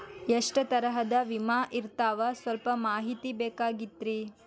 ಎಷ್ಟ ತರಹದ ವಿಮಾ ಇರ್ತಾವ ಸಲ್ಪ ಮಾಹಿತಿ ಬೇಕಾಗಿತ್ರಿ